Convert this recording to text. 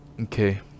Okay